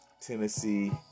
Tennessee